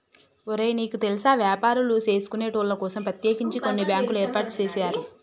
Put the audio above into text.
ఒరే నీకు తెల్సా వ్యాపారులు సేసుకొనేటోళ్ల కోసం ప్రత్యేకించి కొన్ని బ్యాంకులు ఏర్పాటు సేసారు